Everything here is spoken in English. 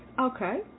Okay